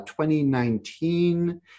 2019